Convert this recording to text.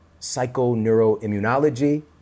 psychoneuroimmunology